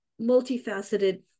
multifaceted